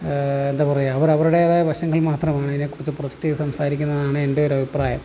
എന്താ പറയുക അവർ അവരുടേതായ വശങ്ങൾ മാത്രമാണ് അതിനെക്കുറിച്ച് പ്രൊജക്റ്റ് ചെയ്ത് സംസാരിക്കുന്നതാണ് എൻ്റെ ഒരു അഭിപ്രായം